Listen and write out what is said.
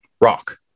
rock